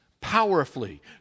powerfully